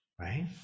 right